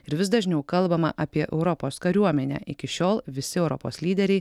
ir vis dažniau kalbama apie europos kariuomenę iki šiol visi europos lyderiai